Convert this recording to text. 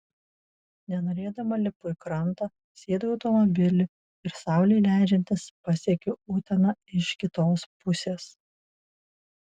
nenorėdama lipu į krantą sėdu į automobilį ir saulei leidžiantis pasiekiu uteną iš kitos pusės